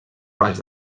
baix